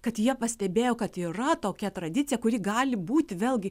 kad jie pastebėjo kad yra tokia tradicija kuri gali būti vėlgi